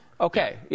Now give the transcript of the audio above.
Okay